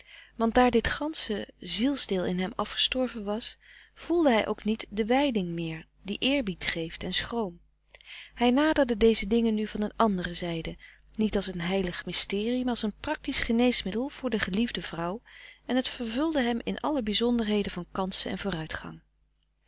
want daar dit gansche zielsdeel in hem afgestorven was voelde hij ook niet de wijding meer die eerbied geeft en schroom hij naderde deze dingen nu van een andere zijde niet als een heilig mysterie maar als een praktisch geneesmiddel voor de geliefde vrouw en het vervulde hem in alle bizonderheden van kansen en vooruitgang